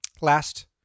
Last